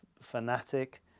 fanatic